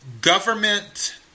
government